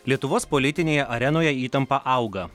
lietuvos politinėje arenoje įtampa auga